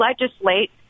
legislate